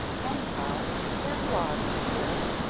anyhow, here you are, mother dear!